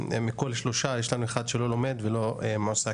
מכל שלושה יש לנו אחד שלא לומד ולא מועסק.